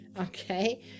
Okay